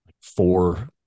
four